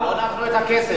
לא נתנו את הכסף.